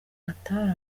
atari